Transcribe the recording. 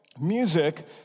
music